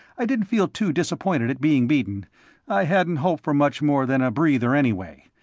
i didn't feel too disappointed at being beaten i hadn't hoped for much more than a breather, anyway.